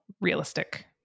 realistic